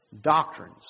doctrines